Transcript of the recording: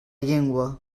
llengua